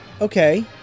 okay